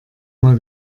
mal